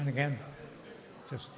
and again just